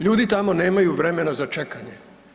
Ljudi tamo nemaju vremena za čekanje.